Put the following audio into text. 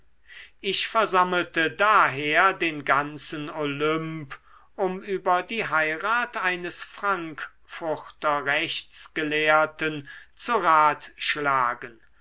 ich versammelte daher den ganzen olymp um über die heirat eines frankfurter rechtsgelehrten zu ratschlagen